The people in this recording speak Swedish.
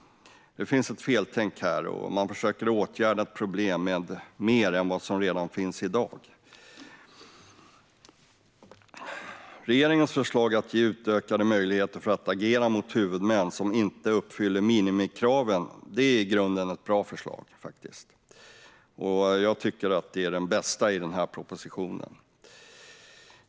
Det finns ett feltänk här, och man försöker åtgärda ett problem med mer av vad som redan finns i dag. Regeringens förslag att ge utökade möjligheter att agera mot huvudmän som inte uppfyller minimikraven är i grunden ett bra förslag, och jag tycker att det är det bästa i propositionen.